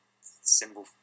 symbol